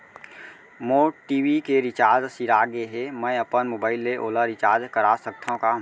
मोर TV के recharge सिरा गे हे, मैं अपन मोबाइल ले ओला रिचार्ज करा सकथव का?